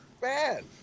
bad